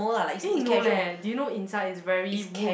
eh no leh did you know inside is very wood